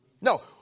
No